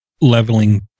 leveling